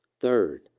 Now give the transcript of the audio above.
Third